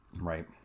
Right